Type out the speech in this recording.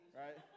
right